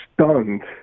stunned